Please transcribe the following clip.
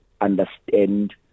understand